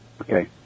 Okay